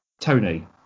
tony